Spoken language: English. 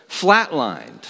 flatlined